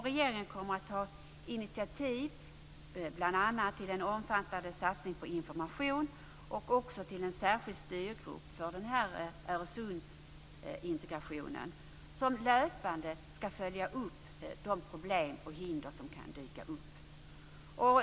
Regeringen kommer att ta initiativ till bl.a. en omfattande satsning på information och en särskild styrgrupp för Öresundsintegrationen som löpande ska följa upp de problem och hinder som kan dyka upp.